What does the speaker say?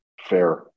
Fair